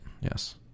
yes